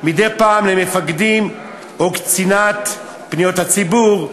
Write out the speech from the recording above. למפקדים או לקצינת פניות הציבור,